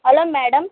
hello madam